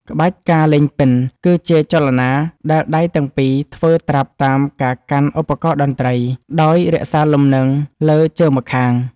ក្បាច់ ការលេងពិណ គឺជាចលនាដែលដៃទាំងពីរធ្វើត្រាប់តាមការកាន់ឧបករណ៍តន្ត្រី ដោយរក្សាលំនឹងលើជើងម្ខាង។